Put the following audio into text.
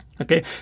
Okay